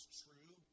true